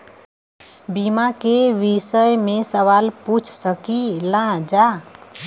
बीमा के विषय मे सवाल पूछ सकीलाजा?